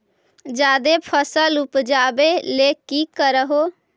जादे फसल उपजाबे ले की कर हो?